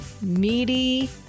meaty